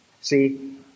See